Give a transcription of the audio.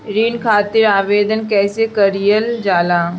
ऋण खातिर आवेदन कैसे कयील जाला?